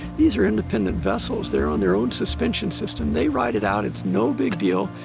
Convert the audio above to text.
these are independent vessels. they're on their own suspension system. they ride it out. it's no big deal.